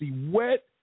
wet